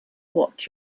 what